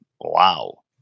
Wow